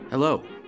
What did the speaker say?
Hello